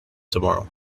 tomorrow